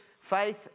faith